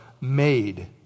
made